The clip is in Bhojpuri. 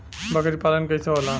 बकरी पालन कैसे होला?